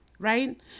right